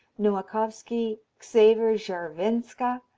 nowakowski, xaver scharwenka,